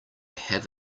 have